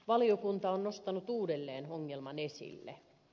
valiokunta on nostanut uudelleen ongelman esille